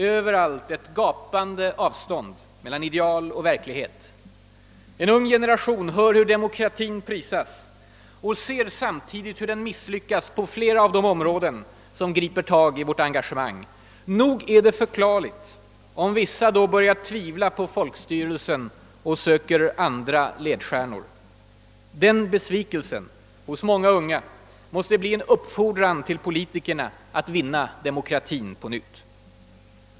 Överallt ett gapande avstånd mel lan ideal och verklighet. En ung generation hör hur demokratin prisas och ser samtidigt hur den misslyckas på flera av de områden som griper tag i vårt engagemang. Nog är det förklarligt om vissa då börjar tvivla på folkstyrelsen och söker andra ledstjärnor. Den besvikelsen hos många unga måste bli en uppfordran till politikerna att vinna demokratin på nytt.